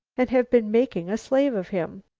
and have been making a slave of him.